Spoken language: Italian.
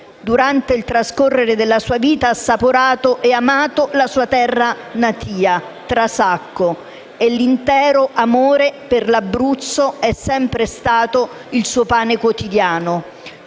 Durante il trascorrere della sua vita ha assaporato e amato la sua terra natia, Trasacco, e l'intero amore per l'Abruzzo è sempre stato il suo pane quotidiano.